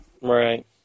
Right